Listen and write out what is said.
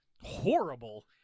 horrible